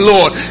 Lord